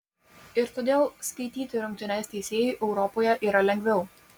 ir todėl skaityti rungtynes teisėjui europoje yra lengviau